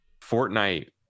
Fortnite